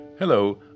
Hello